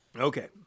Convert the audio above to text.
Okay